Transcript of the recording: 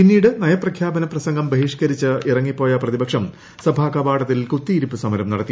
പിന്നീട് നയപ്രഖ്യാപന പ്രസംഗം ബഹിഷ്കരിച്ച് ഇറങ്ങി പോയ പ്രതിപക്ഷം സഭാ കവാടത്തിൽ കുത്തിയിരുപ്പ് സമരം നടത്തി